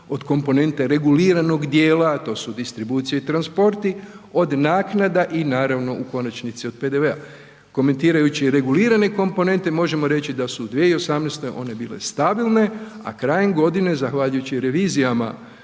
od komponente reguliranog dijela, to su distribucije i transporti, od naknada i naravno u konačnici od PDV-a. Komentirajući regulirane komponente možemo reći da su 2018. one bile stabilne, a krajem godine zahvaljujući revizijama